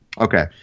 Okay